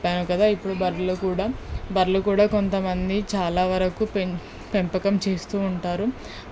ఇప్పుడు బర్రెలు కూడా బర్రెలు కూడా కొంతమంది చాలా వరకు పెం పెంపకం చేస్తూ ఉంటారు